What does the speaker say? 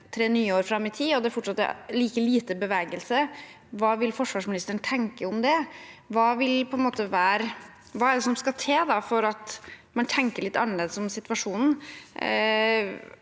tre nye år fram i tid og det fortsatt er like lite bevegelse, hva vil forsvarsministeren tenke om det? Hva er det som skal til for at man tenker litt annerledes om situasjonen?